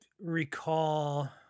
recall